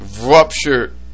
ruptured